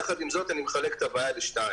יחד עם זאת אני מחלק את הבעיה לשניים.